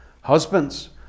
Husbands